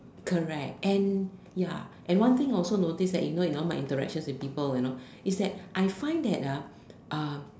correct and ya and one thing I also noticed that you know in all my interactions with people you know is that I find that ah uh